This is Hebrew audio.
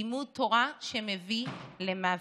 לימוד תורה שמביא למוות,